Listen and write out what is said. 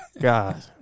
God